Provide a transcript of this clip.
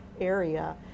area